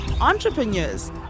entrepreneurs